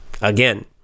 again